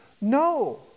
No